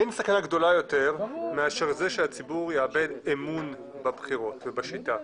אין סכנה גדולה יותר מאשר זה שהציבור יאבד אמון בבחירות ובשיטה.